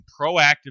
proactive